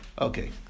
Okay